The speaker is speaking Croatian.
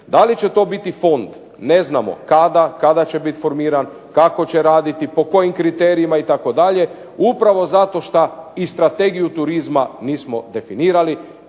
Da li će to biti fond ne znamo, kada će biti formiran, kako će raditi, po kojim kriterijima itd. upravo zato šta i strategiju turizma nismo definirali